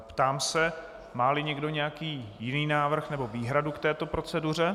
Ptám se, máli někdo nějaký jiný návrh nebo výhradu k této proceduře.